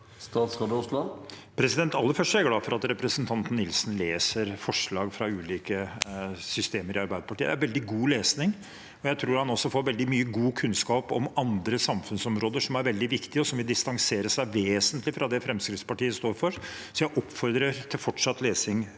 Aller først er jeg glad for at representanten Nilsen leser forslag fra ulike systemer i Arbeiderpartiet. Det er veldig god lesning, og jeg tror han også får veldig mye god kunnskap om andre samfunnsområder som er veldig viktige, og som vil distansere seg vesentlig fra det Fremskrittspartiet står for. Jeg oppfordrer til fortsatt lesning.